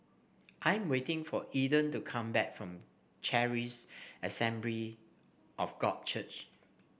I'm waiting for Eden to come back from Charis Assembly of God Church